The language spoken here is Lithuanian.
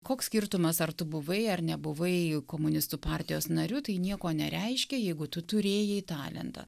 koks skirtumas ar tu buvai ar nebuvai komunistų partijos nariu tai nieko nereiškia jeigu tu turėjai talentą